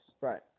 Right